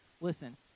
Listen